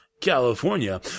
California